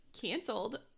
canceled